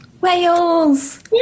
Wales